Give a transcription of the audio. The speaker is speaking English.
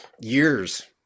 years